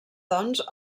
doncs